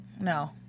No